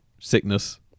sickness